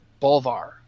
Bolvar